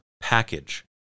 package